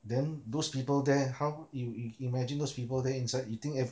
then those people there how you you imagine those people there inside you think if